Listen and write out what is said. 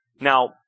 Now